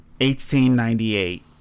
1898